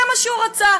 זה מה שהוא רוצה.